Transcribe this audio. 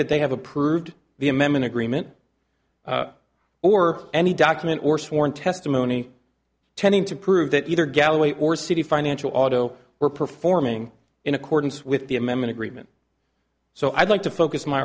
that they have approved the amendment agreement or any document or sworn testimony tending to prove that either galloway or city financial auto were performing in accordance with the amendment agreement so i'd like to focus my